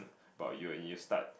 but you when you start